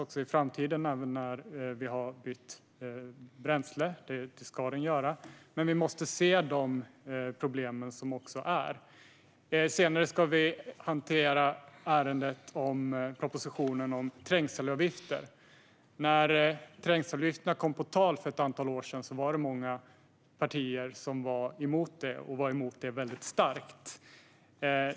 Den ska finnas, även när vi har bytt bränsle, men vi måste se de problem som finns. Senare ska vi hantera propositionen om trängselavgifter. När trängselavgifterna kom på tal för ett antal år sedan var det många partier som var väldigt starkt emot dem.